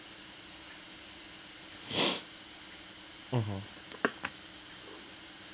mmhmm